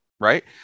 right